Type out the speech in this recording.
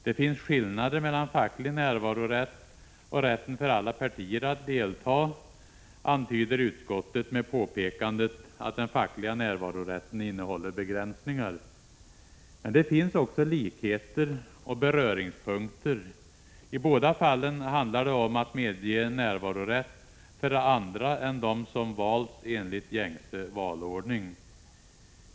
Det finns skillnader mellan facklig närvarorätt och rätten för alla partier att delta, antyder utskottet med påpekandet att den fackliga närvarorätten innehåller begränsningar. Men det finns också likheter och beröringspunkter. I båda fallen handlar det om att medge närvarorätt för andra än dem som valts enligt gängse valordning.